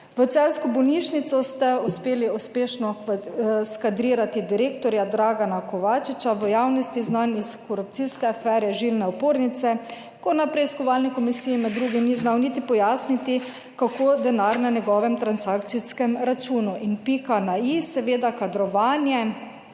V celjsko bolnišnico ste uspeli uspešno skadrirati direktorja Dragana Kovačiča v javnosti znan iz korupcijske afere žilne opornice, ko na preiskovalni komisiji med drugim ni znal niti pojasniti, kako denar na njegovem transakcijskem računu in pika na i seveda kadrovanje